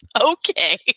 Okay